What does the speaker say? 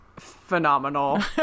Phenomenal